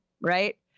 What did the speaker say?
Right